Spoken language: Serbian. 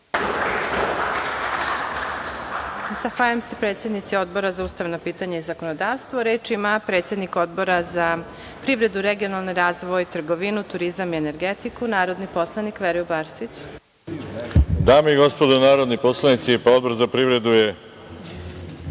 Zahvaljujem se predsednici Odbora za ustavna pitanja i zakonodavstvo. Reč ima predsednik Odbora za privredu, regionalni razvoj, trgovinu, turizam i energetiku, narodni poslanik Veroljub Arsić. **Veroljub Arsić** Dame i gospodo narodni poslanici, Odbor za privredu je